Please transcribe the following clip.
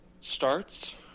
starts